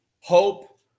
hope